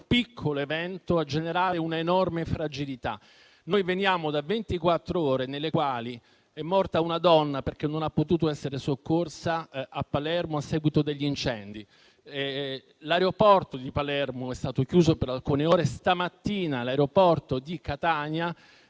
piccolo evento a generare un'enorme fragilità. Noi veniamo da ventiquattr'ore nelle quali a Palermo una donna è morta perché non ha potuto essere soccorsa a seguito degli incendi; l'aeroporto di Palermo è stato chiuso per alcune ore; stamattina l'aeroporto di Catania era